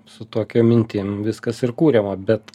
su tokia mintim viskas ir kuriama bet